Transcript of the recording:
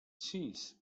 sis